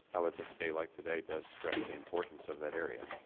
i would think a day like today does stress the importance of that area.